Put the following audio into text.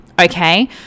okay